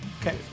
Okay